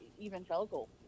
evangelical